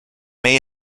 may